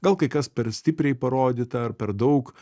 gal kai kas per stipriai parodyta ar per daug